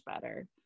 better